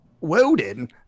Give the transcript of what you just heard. Woden